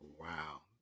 Wow